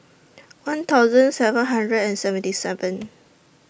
one thousand seven hundred and seventy seven